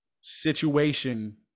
situation